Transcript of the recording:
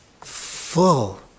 full